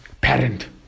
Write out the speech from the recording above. parent